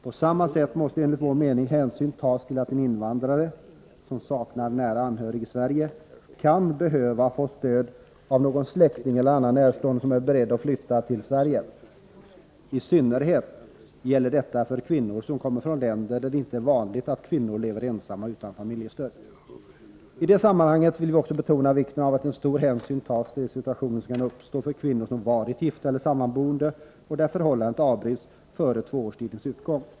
På samma sätt måste enligt vår mening hänsyn tas till att en invandrare som saknar nära anhörig i Sverige kan få stöd av någon släkting eller annan närstående som är beredd att flytta till Sverige. I synnerhet gäller detta för kvinnor som kommer från länder där det inte är vanligt att kvinnor lever ensamma utan familjestöd. I detta sammanhang vill vi också betona vikten av att stor hänsyn tas till de situationer som kan uppstå för kvinnor som varit gifta eller sammanboende och där förhållandet avbryts före tvåårstidens utgång.